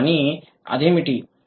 కానీ అదే ఏమిటి